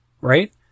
right